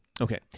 Okay